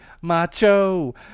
macho